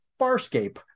Farscape